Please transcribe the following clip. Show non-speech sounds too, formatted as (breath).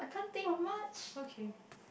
(breath) okay